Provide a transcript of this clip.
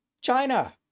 China